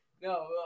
No